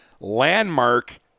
Landmark